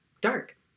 dark